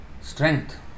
strength